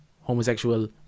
homosexual